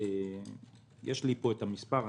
יש לי המספר פה.